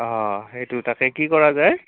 অঁ সেইটো তাকে কি কৰা যায়